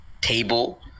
table